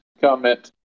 comment